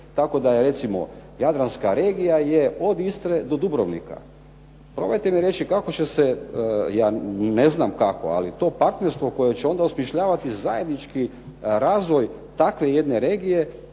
tako da je recimo jadranska regija je od Istre do Dubrovnika. Probajte mi reći kako će se, ja ne znam kako, ali to partnerstvo koje će onda osmišljavati zajednički razvoj takve jedne regije